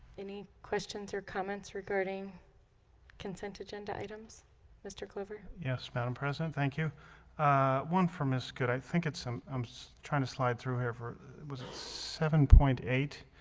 any questions or comments regarding consent agenda items mr. glover yes madam president. thank you one for ms. good. i think it's just so um so trying to slide through here for it was seven point eight.